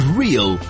real